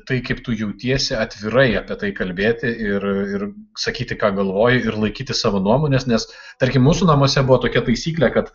tai kaip tu jautiesi atvirai apie tai kalbėti ir ir sakyti ką galvoji ir laikytis savo nuomonės nes tarkim mūsų namuose buvo tokia taisyklė kad